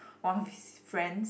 one of his friends